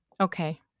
Okay